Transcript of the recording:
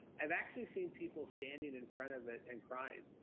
i've actually seen people standing in front of it and crying.